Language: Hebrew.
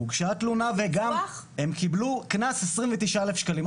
הוגשה תלונה והם קיבלו קנס 29,000 שקלים.